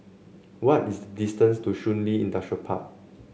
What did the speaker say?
what is the distance to Shun Li Industrial Park